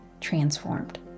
transformed